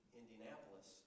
Indianapolis